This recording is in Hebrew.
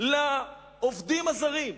לעובדים הזרים.